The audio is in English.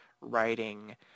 writing